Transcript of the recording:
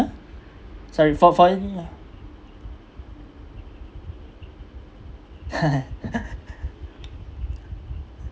sorry for for yeah